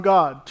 God